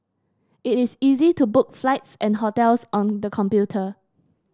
it is easy to book flights and hotels on the computer